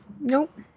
Nope